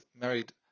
married